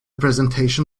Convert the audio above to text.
presentation